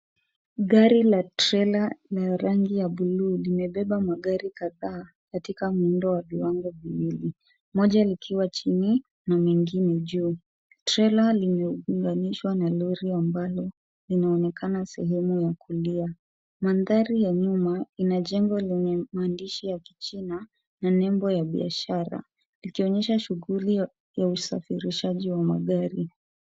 Gari la trela la rangi ya buluu limebeba magari kadhaa katika muundo wa viwango viwili. Moja likiwa chini, na mengine juu. Trela limeunganishwa na lori ambalo inaonekana sehemu ya kulia. Mandhari ya nyuma inajengwa lenye maandishi ya Kichina na nembo ya biashara. Ikionyesha shughuli ya usafirishaji wa magari.